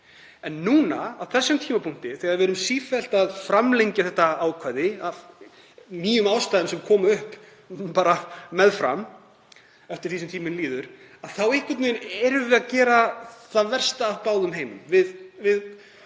Núna á þessum tímapunkti, þegar við erum sífellt að framlengja þetta ákvæði af nýjum ástæðum sem koma upp bara eftir því sem tíminn líður, erum við einhvern veginn að gera það versta í báðum heimum. Við